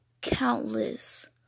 countless